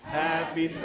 happy